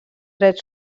dret